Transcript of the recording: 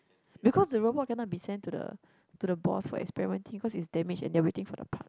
because the robot cannot be sent to the to the boss what experimenting cause is damaged and they are waiting for the part